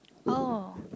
oh